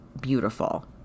beautiful